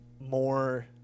more